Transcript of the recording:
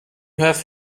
have